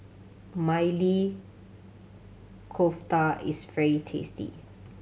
Maili Kofta is very tasty